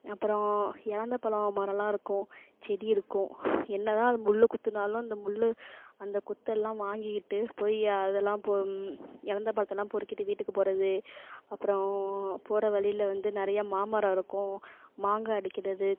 அப்புறம் இலந்தபழம் மரம்லாம் இருக்கும் செடி இருக்கும் என்னதான் அது முள் குத்துனாலும் அந்த முள்ளு அந்த குத்தல்லாம் வாங்கிக்கிட்டு போய் அதெல்லாம் போ இலந்த பழத்தெல்லாம் பொறுக்கிகிட்டு வீட்டுக்கு போகறது அப்புறம் போகற வழியில வந்து நிறையா மாமரம் இருக்கும் மாங்காய் அடிக்கிறது